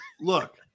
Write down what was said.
Look